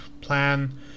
plan